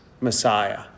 Messiah